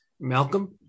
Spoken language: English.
Malcolm